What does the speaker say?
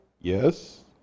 Yes